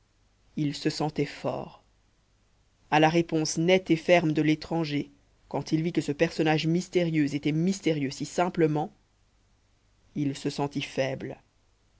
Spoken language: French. il se sentait fort à la réponse nette et ferme de l'étranger quand il vit que ce personnage mystérieux était mystérieux si simplement il se sentit faible